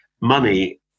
money